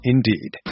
Indeed